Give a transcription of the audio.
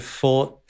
fought